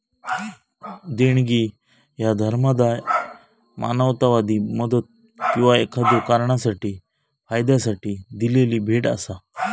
देणगी ह्या धर्मादाय, मानवतावादी मदत किंवा एखाद्यो कारणासाठी फायद्यासाठी दिलेली भेट असा